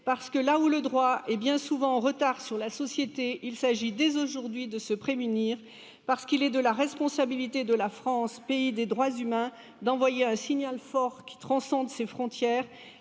parce que là où le droit est bien souvent en retard sur la société, il s'agit dès aujourd'hui de se prémunir Parce qu'il est de la responsabilité de la France, pays des droits humaine, d'envoyer un signal fort, qui transcende ses frontières.